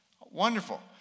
Wonderful